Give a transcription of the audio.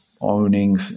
owning